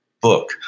book